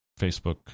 facebook